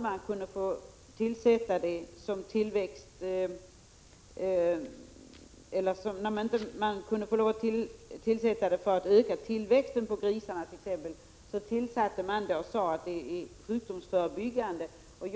man tillsatte kemoterapeutika för att öka exempelvis tillväxten på grisarna och sade att det skedde i sjukdomsförebyggande syfte.